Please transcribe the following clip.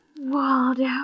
Waldo